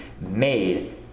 made